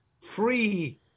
free